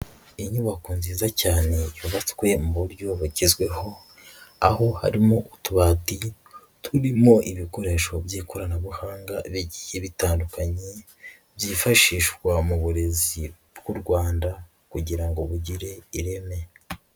Inyubako nziza cyane yubatswe mu buryo bugezweho, aho harimo utubati turimo ibikoresho by'ikoranabuhanga bigiye bitandukanye byifashishwa mu burezi bw'u Rwanda kugira ngo bugire ireme.